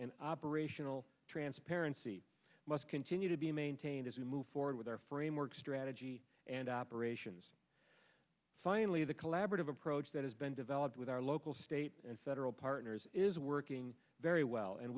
and operational transparency must continue to be maintained as we move forward with our framework strategy and operations finally the collaborative approach that has been developed with our local state and federal partners is working very well and